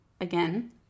again